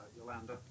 Yolanda